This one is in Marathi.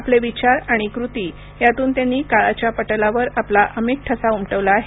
आपले विचार आणि कृती यातून त्यांनी काळाच्या पटलावर आपला अमीट ठसा उमटवला आहे